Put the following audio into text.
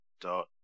dot